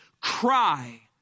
cry